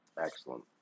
Excellent